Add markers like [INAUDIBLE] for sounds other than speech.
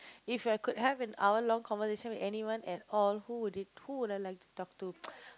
if you've could have an hour long conversation with anyone at all who would it who would I like to talk to [NOISE]